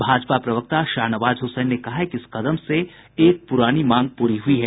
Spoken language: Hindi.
भाजपा प्रवक्ता शाहनवाज हुसैन ने कहा कि इस कदम से एक पुरानी मांग पूरी हुई है